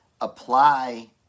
apply